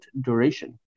duration